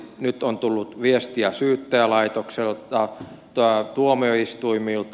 nyt on tullut viestiä syyttäjälaitokselta tuomioistuimilta